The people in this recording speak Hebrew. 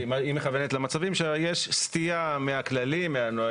היא מכוונת למצבים שיש סטייה מהכללים, מהנהלים.